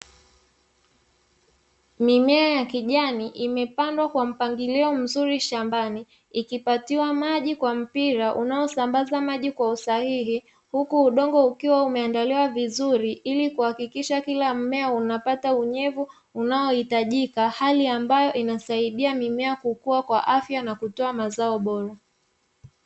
Mimea ya kijani imepandwa kwa mpangilio mzuri shambani ikipatiwa maji kwa mpira unaosambaza maji kwa usahihi huku udongo ukiwa umeandaliwa vizuri, ili kuhakikisha kila mmea unapata unyevu unaohitajika hali ambayo inasaidia mimea kukua kwa afya na kutoa mazao bora.